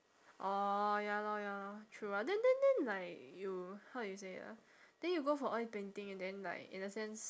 orh ya lor ya lor true uh then then then like you how you say it ah then you go for oil painting and then like in a sense